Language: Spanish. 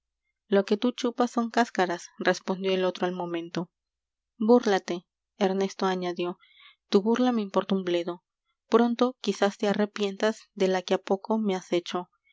o que tú chupas son cáscaras respondió el otro al momento búrlate ymesto añadió t u burla me importa un bledo pronto quizás te arrepientas de la que há poco me has hecho